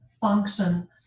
function